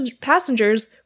passengers